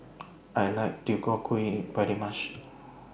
I like Deodeok Gui very much